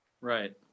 Right